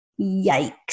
Yikes